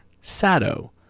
Sado